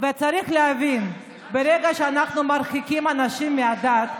וצריך להבין, ברגע שאנחנו מרחיקים אנשים מהדת,